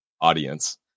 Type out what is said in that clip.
audience